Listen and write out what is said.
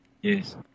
Yes